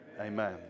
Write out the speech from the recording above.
Amen